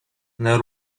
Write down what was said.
nel